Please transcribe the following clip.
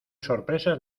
sorpresas